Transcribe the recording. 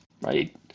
right